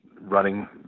running